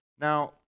Now